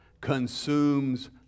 consumes